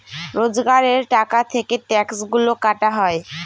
রোজগারের টাকা থেকে ট্যাক্সগুলা কাটা হয়